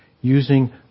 using